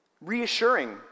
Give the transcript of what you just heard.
reassuring